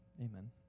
amen